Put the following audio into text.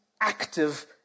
active